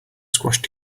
squashed